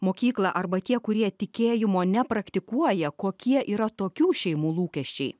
mokyklą arba tie kurie tikėjimo nepraktikuoja kokie yra tokių šeimų lūkesčiai